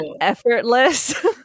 effortless